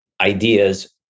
ideas